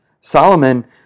Solomon